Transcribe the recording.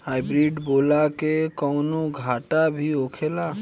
Hybrid बोला के कौनो घाटा भी होखेला?